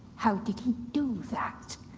how did he do that?